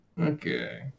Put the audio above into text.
Okay